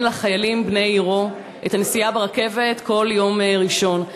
לחיילים בני עירו את הנסיעה ברכבת כל יום ראשון.